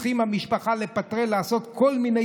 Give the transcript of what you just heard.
והמשפחה הייתה צריכה לפטרל ולעשות כל מיני